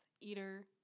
Eater